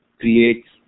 creates